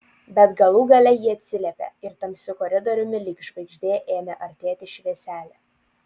bet galų gale ji atsiliepė ir tamsiu koridoriumi lyg žvaigždė ėmė artėti švieselė